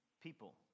people